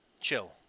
Chill